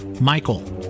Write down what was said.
Michael